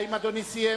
האם אדוני סיים?